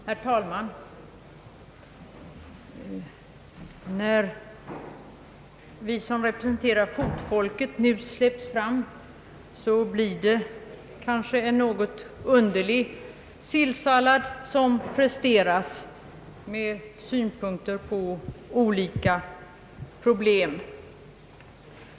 Herr talman! När vi som representerar fotfolket nu släpps fram kanske det blir en något underlig sillsallad som serveras med synpunkter på högst olikartade problem.